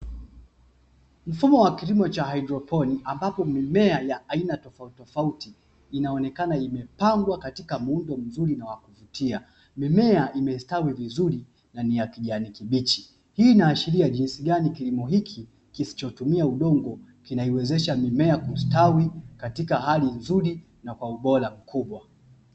Mfumo wa kilimo cha haidroponi ambapo mimea ya aina tofautitofauti, inaonekana imepandwa katika muundo mzuri na wakuvutia, mimea imestawi vizuri na ni ya kijani kibichi; hii inaashiria jinsi gani kilimo hiki kisicho tumia udongo kina iwezesha mimea kustawi katika hali nzuri na kwa ubora mkubwa.